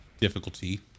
difficulty